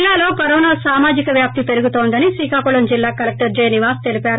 జిల్లాలో కరోనా సామాజిక వ్యాప్తి పెరుగుతోందని శ్రీకాకుళం జిల్లా కలెక్షర్ జె నివాస్ తెలిపారు